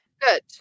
Good